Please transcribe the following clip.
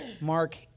Mark